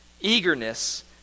eagerness